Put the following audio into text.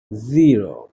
zero